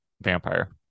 vampire